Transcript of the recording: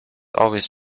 always